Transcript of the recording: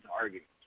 arguments